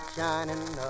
Shining